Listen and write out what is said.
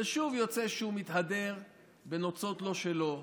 ושוב יוצא שהוא מתהדר בנוצות לא שלו,